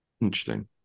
Interesting